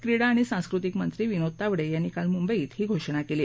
क्रीडा आणि सांस्कृतिक मंत्री विनोद तावडे यांनी काल मुंबईत ही घोषणा केली